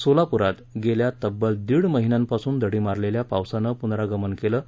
सोलापुरात गेल्या तब्बल दीड महिन्यापासून दडी मारलेल्या पावसानं पुनरागमन केलं आहे